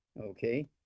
okay